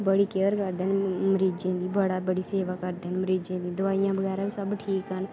बड़ी केयर करदे न मरीजें दी बड़ा स्हेई बड़ा बड़ी सेवा करदे न मरीजें दी दवाइयां बगैरा बी सब ठीक न